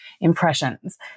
impressions